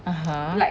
(uh huh)